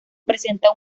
presenta